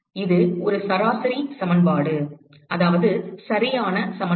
இது ஒரு சரியான சமன்பாடு